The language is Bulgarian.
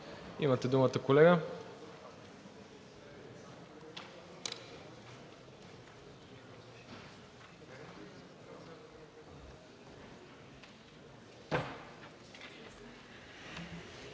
Имате думата, колега.